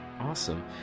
awesome